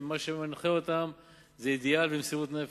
שמה שמנחה אותם זה אידיאל ומסירות נפש.